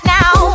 now